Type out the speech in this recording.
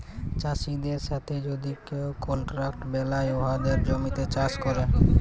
চাষীদের সাথে যদি কেউ কলট্রাক্ট বেলায় উয়াদের জমিতে চাষ ক্যরে